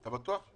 אתה בטוח?